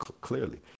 clearly